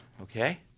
Okay